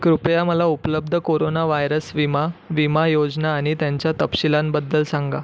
कृपया मला उपलब्ध कोरोना वायरस विमा विमा योजना आणि त्यांच्या तपशीलांबद्दल सांगा